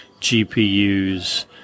GPUs